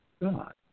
God